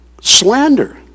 slander